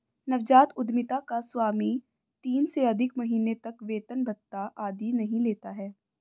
नवजात उधमिता का स्वामी तीन से अधिक महीने तक वेतन भत्ता आदि नहीं लेता है